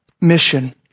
mission